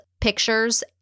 pictures